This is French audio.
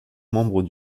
membres